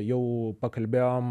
jau pakalbėjom